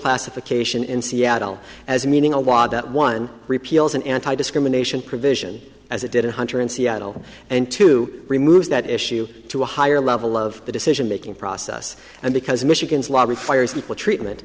classification in seattle as meaning a law that one repeals an anti discrimination provision as it did in hunter in seattle and to remove that issue to a higher level of the decision making process and because michigan's law requires equal treatment